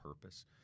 purpose